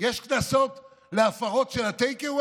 יש קנסות להפרות של ה-take away?